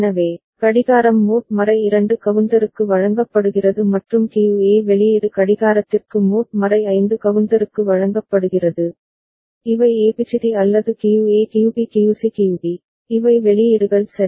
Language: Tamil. எனவே கடிகாரம் மோட் 2 கவுண்டருக்கு வழங்கப்படுகிறது மற்றும் கியூஏ வெளியீடு கடிகாரத்திற்கு மோட் 5 கவுண்டருக்கு வழங்கப்படுகிறது இவை ஏபிசிடி அல்லது கியூஏ கியூபி கியூசி கியூடி இவை வெளியீடுகள் சரி RESET R0